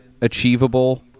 achievable